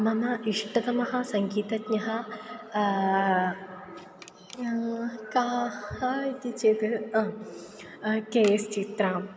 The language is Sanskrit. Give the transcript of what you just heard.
मम इष्टतमः सङ्गीतज्ञः कः इति चेत् के एस् चित्रा